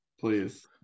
please